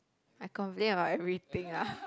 I complain about everything ah